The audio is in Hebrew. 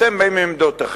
אתם באים עם עמדותיכם,